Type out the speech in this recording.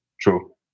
True